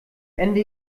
ende